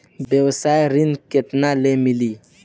व्यवसाय ऋण केतना ले मिली?